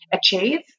achieve